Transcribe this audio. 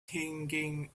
thinking